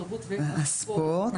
התרבות והספורט.